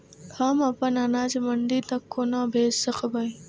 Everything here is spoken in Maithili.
हम अपन अनाज मंडी तक कोना भेज सकबै?